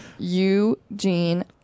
Eugene